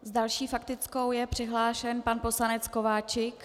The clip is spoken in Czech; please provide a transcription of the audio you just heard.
Další s faktickou je přihlášen pan poslanec Kováčik.